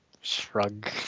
Shrug